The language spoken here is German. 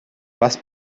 was